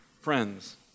friends